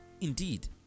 Indeed